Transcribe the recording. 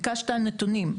ביקשת נתונים.